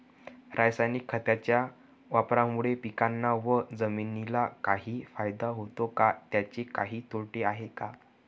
रासायनिक खताच्या वापरामुळे पिकांना व जमिनीला काही फायदा होतो का? त्याचे काही तोटे आहेत का?